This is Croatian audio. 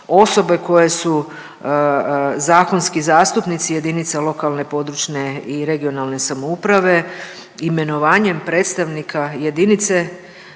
osobe koje su zakonski zastupnici jedinica lokalne, područne i regionalne samouprave, imenovanjem predstavnika jedinice